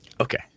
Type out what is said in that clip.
Okay